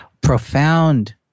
Profound